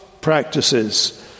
practices